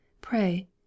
Pray